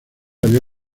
había